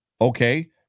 Okay